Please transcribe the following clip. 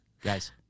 Guys